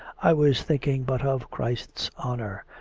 i was thinking but of christ's honour.